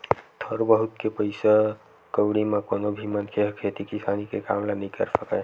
थोर बहुत के पइसा कउड़ी म कोनो भी मनखे ह खेती किसानी के काम ल नइ कर सकय